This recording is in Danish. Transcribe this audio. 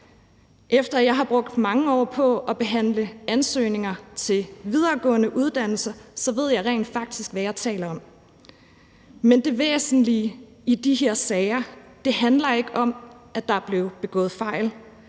Efter at jeg har brugt mange år på at behandle ansøgninger til videregående uddannelser, ved jeg rent faktisk, hvad jeg taler om. Men det væsentlige i de her sager handler ikke om, at der er blevet begået fejl.